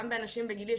גם באנשים בגילי,